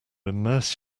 immerse